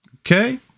Okay